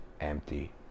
empty